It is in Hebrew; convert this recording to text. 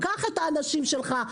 קח את האנשים שלך,